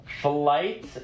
flight